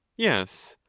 yes.